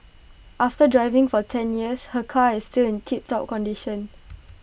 after driving for ten years her car is still in tiptop condition